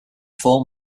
four